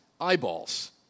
eyeballs